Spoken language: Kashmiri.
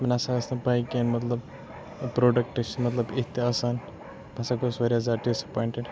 مےٚ نَسا ٲس نہٕ پاے کینٛہہ مَطلَب پروڈَکٹ چھِ مَطلَب اِتھۍ تہِ آسان بہٕ ہَسا گوس واریاہ زیادٕ ڈِسایٚپوینٹِڈ